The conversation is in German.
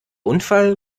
unfall